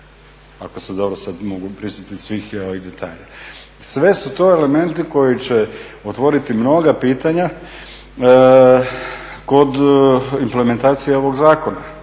ako se mogu sada dobro prisjetiti svih detalja. Sve su to elementi koji će otvoriti mnoga pitanja kod implementacije ovog zakona.